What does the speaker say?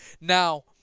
Now